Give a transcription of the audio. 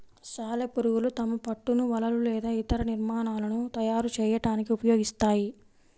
సాలెపురుగులు తమ పట్టును వలలు లేదా ఇతర నిర్మాణాలను తయారు చేయడానికి ఉపయోగిస్తాయి